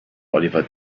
oliver